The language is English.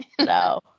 No